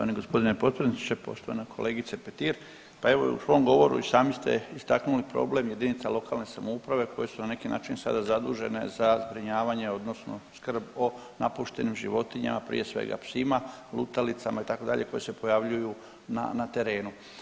Poštovani gospodine potpredsjedniče, poštovana kolegice Petir, pa evo u svom govoru i sami ste istaknuli problem jedinica lokalne samouprave koje su na neki način sada zadužene za zbrinjavanje odnosno skrb o napuštenim životinjama prije svega psima lutalicama itd. koji se pojavljuju na terenu.